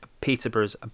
Peterborough's